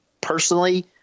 personally